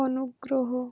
অনুগ্রহ